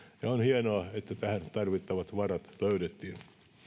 ja on hienoa että tähän tarvittavat varat löydettiin